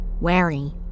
Wary